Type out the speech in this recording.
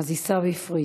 אז עיסאווי פריג'.